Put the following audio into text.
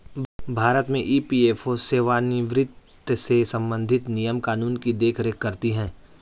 भारत में ई.पी.एफ.ओ सेवानिवृत्त से संबंधित नियम कानून की देख रेख करती हैं